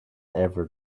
ever